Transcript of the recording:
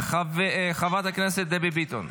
חברת הכנסת דבי ביטון,